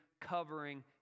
covering